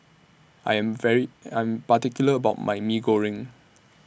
I Am very I'm particular about My Mee Goreng